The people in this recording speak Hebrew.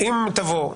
שזה כתב חסינות.